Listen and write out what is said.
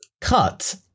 cut